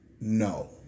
no